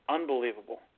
Unbelievable